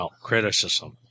Criticism